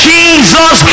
Jesus